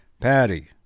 Patty